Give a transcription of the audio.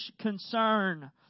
concern